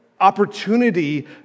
opportunity